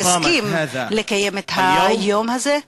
שהסכים לקיים את היום הזה.